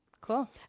cool